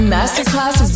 Masterclass